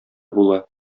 була